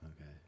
Okay